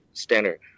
standard